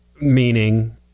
meaning